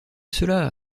cela